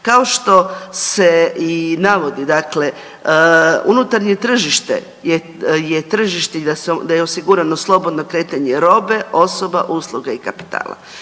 Kao što se i navodi dakle, unutarnje tržište je tržište i da je osigurano slobodno kretanje robe, osoba, usluga i kapitala.